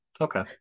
Okay